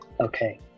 Okay